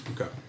Okay